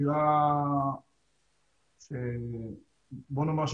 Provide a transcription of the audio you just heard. דירה שבוא נאמר,